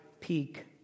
peak